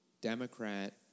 Democrat